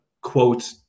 quote